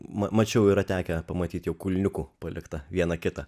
mačiau yra tekę pamatyti jo kulniukų paliktą vieną kitą